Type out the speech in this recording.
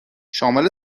شامل